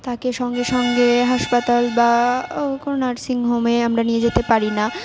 তাঁকে সঙ্গে সঙ্গে হাসপাতাল বা কোনো নার্সিংহোমে আমরা নিয়ে যেতে পারি না